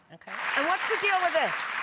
and what's the deal with this?